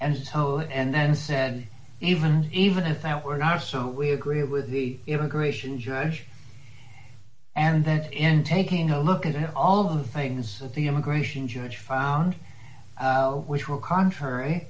and so and then said even even if that were not so we agree with the immigration judge and then in taking a look at all the things that the immigration judge found which were contrary